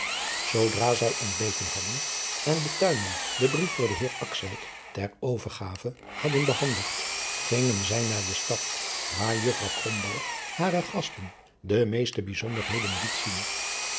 zodra zij ontbeten hadden en den tuinman den brief voor den heer akswijk ter overgave hadden behandigd gingen zij naar de stad waar juffrouw krombalg hare gasten de meeste bijzonderheden liet zien